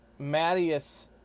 Mattias